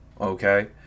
okay